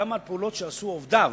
גם על פעולות שעשו עובדיו,